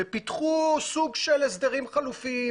ופיתחו סוג של הסדרים חלופיים,